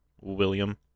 William